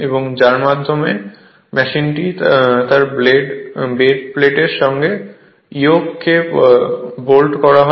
এবং যার মাধ্যমে মেশিনটি তার বেড প্লেটের ইয়ক কে বল্ট করা হয়